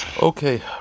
Okay